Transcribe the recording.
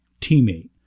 teammate